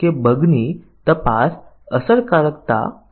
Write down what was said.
તો અહીં આપણી પાસે આ હીરારચી છે